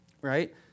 Right